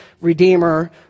Redeemer